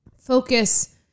focus